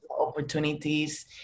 opportunities